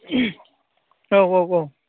औ औ औ